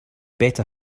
better